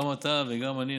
גם אתה וגם אני,